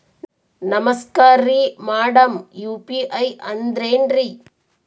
ನಮಸ್ಕಾರ್ರಿ madam UPI ಅಂದ್ರೆನ್ರಿ?